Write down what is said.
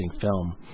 film